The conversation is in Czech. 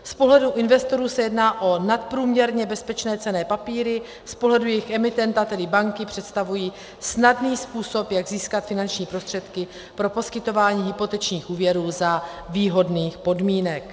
Z pohledu investorů se jedná o nadprůměrně bezpečné cenné papíry, z pohledu jejich emitenta, tedy banky, představují snadný způsob, jak získat finanční prostředky pro poskytování hypotečních úvěrů za výhodných podmínek.